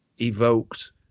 evoked